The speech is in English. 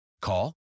Call